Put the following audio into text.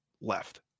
left